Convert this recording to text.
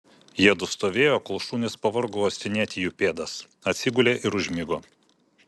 jiedu stovėjo kol šunys pavargo uostinėti jų pėdas atsigulė ir užmigo